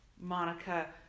Monica